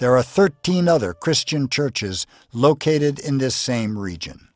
there are thirteen other christian churches located in this same region